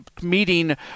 meeting